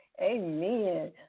Amen